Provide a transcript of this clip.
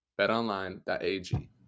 BetOnline.ag